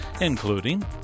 including